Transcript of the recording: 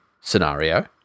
scenario